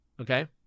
Okay